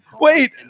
Wait